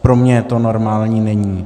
Pro mě to normální není.